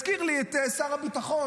וזה הזכיר לי את שר הביטחון,